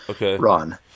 run